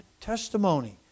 testimony